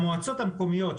במועצות המקומיות,